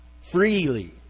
Freely